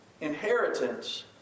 inheritance